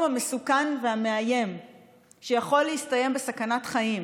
המסוכן והמאיים שיכול להסתיים בסכנת חיים.